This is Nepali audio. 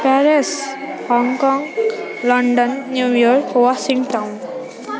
Paris Hong Kong London New York Washington